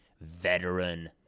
veteran